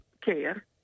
care